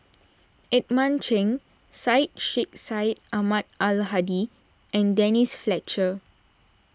Edmund Cheng Syed Sheikh Syed Ahmad Al Hadi and Denise Fletcher